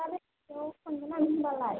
दा बेलासियाव थांगोन आं होम्बालाय